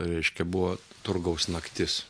reiškia buvo turgaus naktis